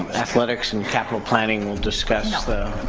athletics and capital planning will discuss the